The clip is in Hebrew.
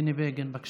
ובני בגין, בבקשה.